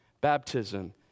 baptism